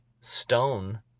stone